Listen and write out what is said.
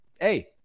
Hey